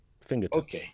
Fingertips